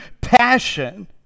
passion